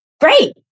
Great